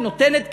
נותנת קצבה,